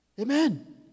Amen